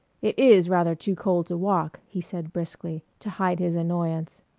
it is rather too cold to walk, he said, briskly, to hide his annoyance.